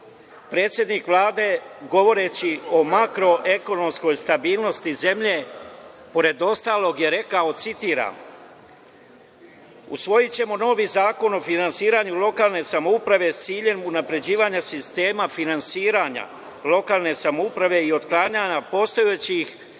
predsednik Vlade, govoreći o makroekonomskoj stabilnosti zemlje, pored ostalog je rekao, citiram: „Usvojićemo novi zakon o finansiranju lokalne samouprave sa ciljem unapređivanja sistema finansiranja lokalne samouprave i otklanjanja postojećih